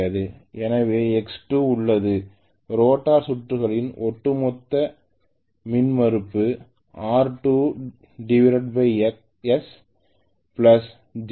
எனவே X2l உள்ளது rotor சுற்றுகளின் ஒட்டுமொத்த மின்மறுப்பு R2 s jX2 ஆக மாறுகிறது